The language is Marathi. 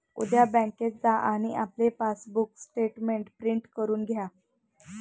उद्या बँकेत जा आणि आपले पासबुक स्टेटमेंट प्रिंट करून घ्या